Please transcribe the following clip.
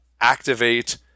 activate